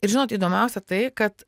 ir žinot įdomiausia tai kad